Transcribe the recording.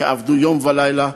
שעבד יום ולילה,